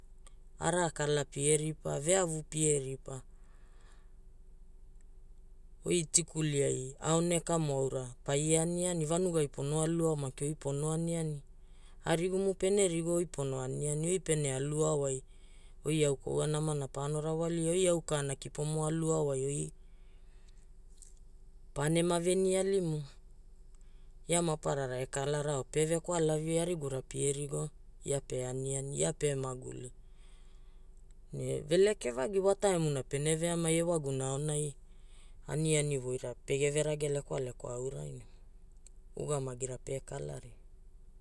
Araa kala pie ripa, veavu pie ripa. Oi tikuli ai aoneka mo aura paie aniani. Vanugai pono alu ao oi maki pono aniani. Arigumu pene rigo oi pno aniani, oi pene alu ao ai, oi au kwaua namana paano rawalia. Oi ka na kipomo alu ao ai oi pane ma veni alimu. Ia maparara e kalarao, pe vekwalavi, arigura pie rigo, ia pe aniani, Ia pe maguli. Veleke vagi wa taimuna pene veamai ewaguna aonai aniani voira pegeve rage lekwalekwa aurai ugamagira pe kalaria.